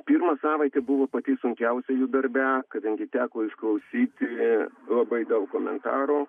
pirma savaitė buvo pati sunkiausia jų darbe kadangi teko išklausyti labai daug komentarų